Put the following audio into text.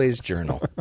journal